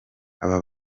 aba